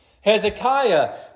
Hezekiah